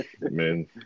Man